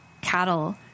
cattle